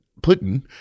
Putin